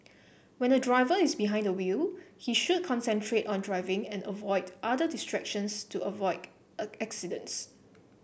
when a driver is behind the wheel he should concentrate on driving and avoid other distractions to avoid accidents